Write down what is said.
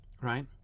Right